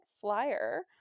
flyer